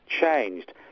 changed